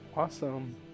Awesome